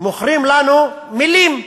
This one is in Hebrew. מוכרים לנו מילים.